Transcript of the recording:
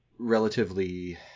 relatively